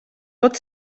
tot